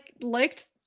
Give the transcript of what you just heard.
liked